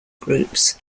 groups